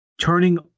Turning